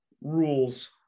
rules